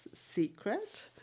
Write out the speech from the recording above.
secret